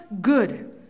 good